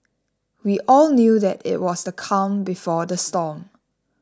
we all knew that it was the calm before the storm